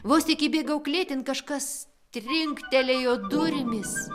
vos tik įbėgau klėtin kažkas trinktelėjo durimis